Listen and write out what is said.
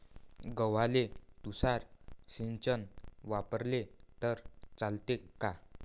गव्हाले तुषार सिंचन वापरले तर चालते का?